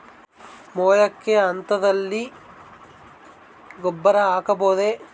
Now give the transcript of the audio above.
ಮೊಳಕೆ ಹಂತದಲ್ಲಿ ಗೊಬ್ಬರ ಹಾಕಬಹುದೇ?